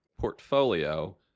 portfolio